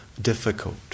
difficult